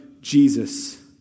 Jesus